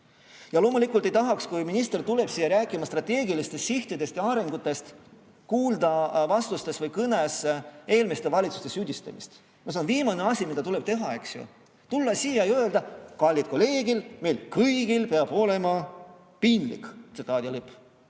Loomulikult ei tahaks, kui minister tuleb siia rääkima strateegilistest sihtidest ja arengutest, kuulda vastustes või kõnes eelmiste valitsuste süüdistamist. See on viimane asi, mida tuleb teha, eks ju. Tulla siia ju öelda: "Kallid kolleegid, meil kõigil peab olema piinlik." Piinlik